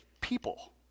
people